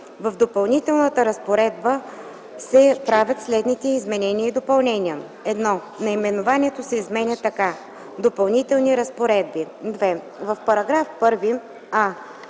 В Допълнителната разпоредба се правят следните изменения и допълнения: 1. Наименованието се изменя така: „Допълнителни разпоредби”. 2. В § 1: